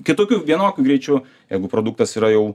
kitokiu vienokiu greičiu jeigu produktas yra jau